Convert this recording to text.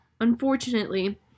unfortunately